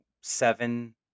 seven